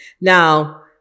Now